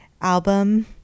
album